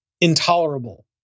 Intolerable